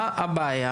מה הבעיה,